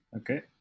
Okay